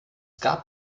gab